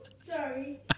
Sorry